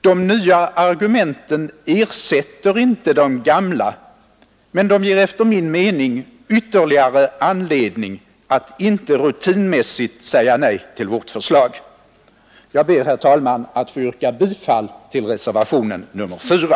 De nya argumenten ersätter inte de gamla — men de ger enligt min mening ytterligare anledning att inte rutinmässigt säga nej till vårt förslag. Jag ber, herr talman, att få yrka bifall till reservationen 4.